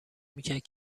میکرد